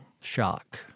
shock